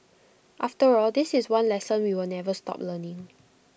after all this is one lesson we will never stop learning